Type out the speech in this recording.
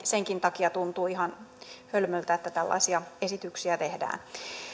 senkin takia tuntuu ihan hölmöltä että tällaisia esityksiä tehdään